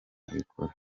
abikora